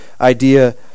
idea